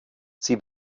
sie